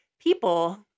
people